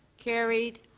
carried.